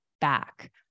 back